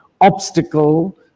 obstacle